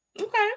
Okay